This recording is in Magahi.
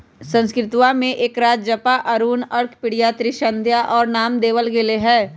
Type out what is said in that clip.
संस्कृतवा में एकरा जपा, अरुण, अर्कप्रिया, त्रिसंध्या और भी नाम देवल गैले है